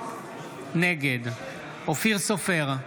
נגד אופיר סופר,